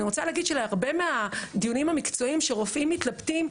אני רוצה להגיד שהרבה מהדיונים המקצועיים שרופאים מתלבטים,